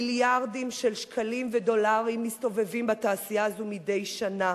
מיליארדים של שקלים ודולרים מסתובבים בתעשייה הזו מדי שנה.